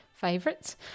favorites